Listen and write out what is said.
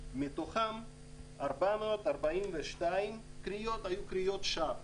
מתוכם 442 קריאות היו קריאות שווא.